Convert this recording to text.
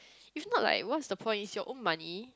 if not like what's the point it's your own money